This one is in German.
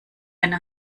eine